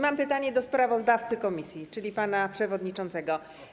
Mam pytanie do sprawozdawcy komisji, czyli do pana przewodniczącego.